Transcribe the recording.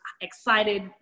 excited